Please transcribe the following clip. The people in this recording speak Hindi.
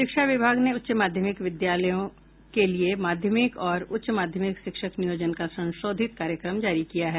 शिक्षा विभाग ने उच्च माध्यमिक विद्यालयों के लिए माध्यमिक और उच्च माध्यमिक शिक्षक नियोजन का संशोधित कार्यक्रम जारी किया है